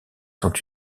sont